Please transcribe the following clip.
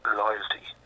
loyalty